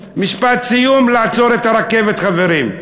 לעצור את הרכבת, חברים.